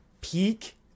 peak